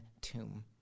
tomb